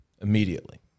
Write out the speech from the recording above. Immediately